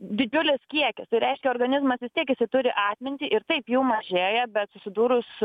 didžiulis kiekis tai reiškia organizmas vis tiek jisai turi atmintį ir taip jų mažėja bet susidūrus